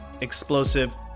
explosive